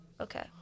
Okay